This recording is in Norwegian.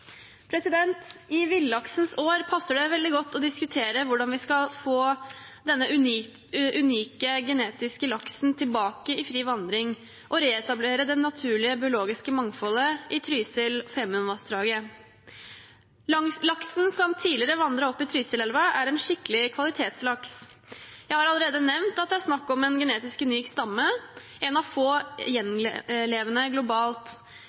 I villaksens år passer det veldig godt å diskutere hvordan vi skal få denne genetisk unike laksen tilbake i fri vandring og reetablere det naturlige biologiske mangfoldet i Trysil- og Femundvassdraget. Laksen som tidligere vandret opp i Trysilelva, er en skikkelig kvalitetslaks. Jeg har allerede nevnt at det er snakk om en genetisk unik stamme, én av få gjenlevende globalt.